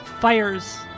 fires